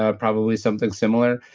ah probably something similar.